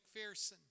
McPherson